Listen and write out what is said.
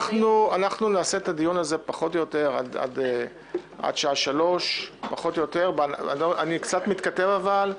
נעשה את הדיון הזה פחות או יותר עד השעה 15:00. אני קצת מתקדם עם